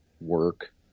work